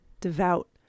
devout